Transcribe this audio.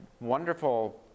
wonderful